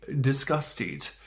disgusted